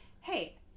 Hey